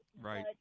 Right